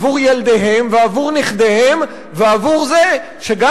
עבור ילדיהם ועבור נכדיהם ועבור זה שגם